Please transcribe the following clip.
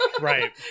Right